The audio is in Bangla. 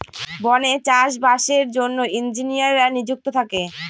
বনে চাষ বাসের জন্য ইঞ্জিনিয়াররা নিযুক্ত থাকে